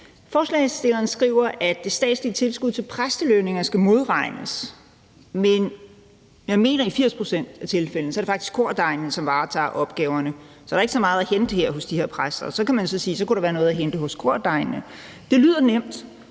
Forslagsstillerne skriver, at det statslige tilskud til præstelønninger skal modregnes. Men jeg mener, at det i 80 pct. af tilfældene faktisk er kordegnene, som varetager opgaverne. Så der er ikke så meget at hente her hos de her præster. Så kan man så sige, at der kunne være noget at hente hos kordegnene. Det lyder nemt,